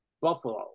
Buffalo